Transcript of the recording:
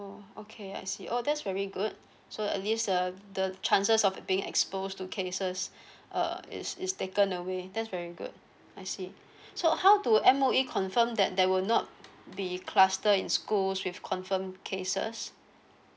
oh okay I see oh that's very good so at least uh the the chances of being exposed to cases uh is is taken away that's very good I see so how do M_O_E confirm that there will not be cluster in schools with confirm cases